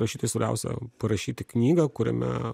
rašytojui svarbiausia parašyti knygą kuriame